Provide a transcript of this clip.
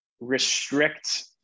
restrict